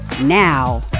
now